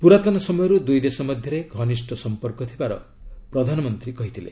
ପୁରାତନ ସମୟରୁ ଦୁଇ ଦେଶ ମଧ୍ୟରେ ଘନିଷ୍ଠ ସମ୍ପର୍କ ଥିବାର ପ୍ରଧାନମନ୍ତ୍ରୀ କହିଥିଲେ